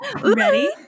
Ready